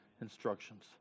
instructions